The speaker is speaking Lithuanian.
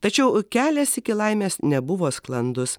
tačiau kelias iki laimės nebuvo sklandus